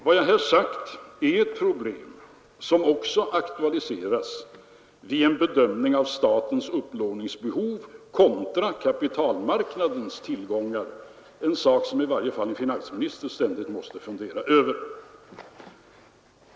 Vad jag här sagt gäller ett problem som också aktualiseras vid en bedömning av statens upplåningsbehov kontra kapitalmarknadens tillgångar, en sak som i varje fall en finansminister ständigt måste fundera över.